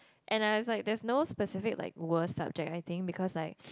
and I was like there's no specific like worst subject I think because like